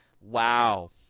Wow